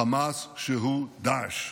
החמאס שהוא דאעש.